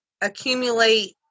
accumulate